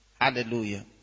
Hallelujah